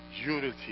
unity